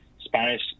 spanish